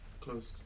closed